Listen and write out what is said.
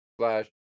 slash